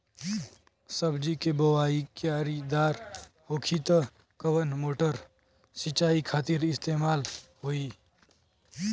सब्जी के बोवाई क्यारी दार होखि त कवन मोटर सिंचाई खातिर इस्तेमाल होई?